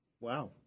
Wow